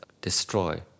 destroy